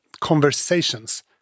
conversations